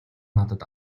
надад